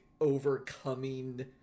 overcoming